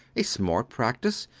a smart practice,